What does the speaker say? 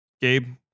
Gabe